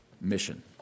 mission